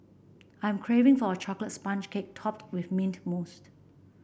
I am craving for a chocolate sponge cake topped with mint mousse